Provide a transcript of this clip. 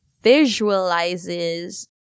visualizes